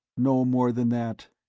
no more than that.